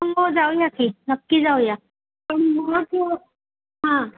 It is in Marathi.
हो जाऊया की नक्की जाऊया हां